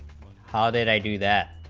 how they they do that,